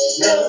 no